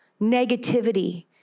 negativity